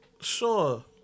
Sure